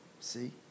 see